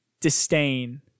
disdain